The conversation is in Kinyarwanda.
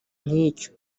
nk’icyo